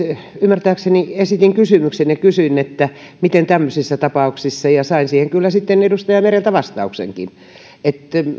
ymmärtääkseni esitin kysymyksen ja kysyin että miten käy tämmöisissä tapauksissa ja sain siihen kyllä edustaja mereltä vastuksenkin